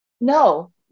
No